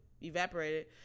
evaporated